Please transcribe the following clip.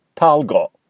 tall goal,